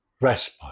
Respite